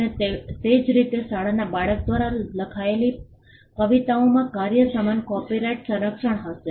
અને તે જ રીતે શાળાના બાળક દ્વારા લખાયેલી કવિતાઓમાં કાર્ય સમાન કોપિરાઇટ સંરક્ષણ હશે